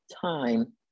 time